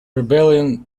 rebellion